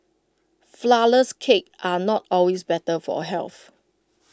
Flourless Cakes are not always better for health